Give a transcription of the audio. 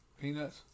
peanuts